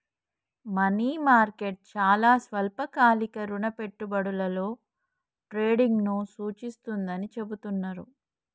money market చాలా స్వల్పకాలిక రుణ పెట్టుబడులలో ట్రేడింగ్ను సూచిస్తుందని చెబుతున్నరు